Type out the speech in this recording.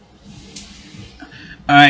alright